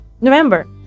November